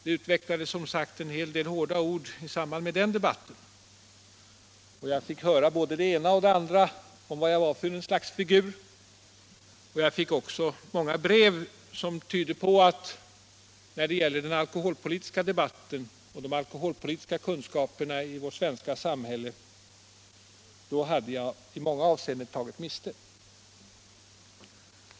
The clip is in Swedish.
Det utväxlades som sagt en hel del hårda ord i samband med den debatten, och jag fick höra både det ena och det andra om vad jag var för slags figur. Jag fick också många brev som tydde på att när det gäller den alkoholpolitiska debatten och de alkoholpolitiska kunskaperna i vårt svenska samhälle hade jag i många avseenden tagit miste.